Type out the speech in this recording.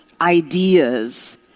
ideas